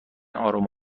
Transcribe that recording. آروم